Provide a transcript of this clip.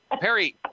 Perry